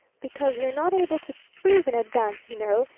because you're not able to prove in advance, you know,